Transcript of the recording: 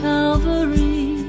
Calvary